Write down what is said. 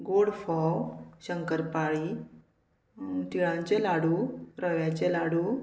गोड फोव शंकरपाळी तिळांचे लाडू रव्याचे लाडू